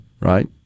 right